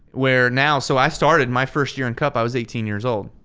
where now so i started my first year in cup i was eighteen years old.